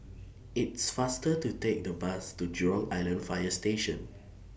IT IS faster to Take The Bus to Jurong Island Fire Station